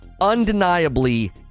undeniably